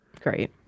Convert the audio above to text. great